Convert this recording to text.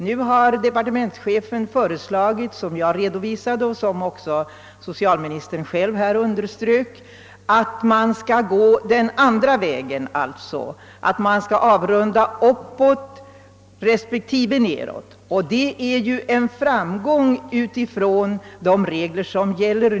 Nu har departementschefen, så som jag redovisade, föreslagit att man skall gå den andra vägen och avrunda belopp över 6 kronor uppåt och under 6 kronor nedåt, vilket innebär en förbättring jämfört med gällande regler.